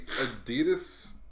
Adidas